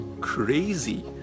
crazy